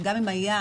שגם אם היה,